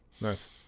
nice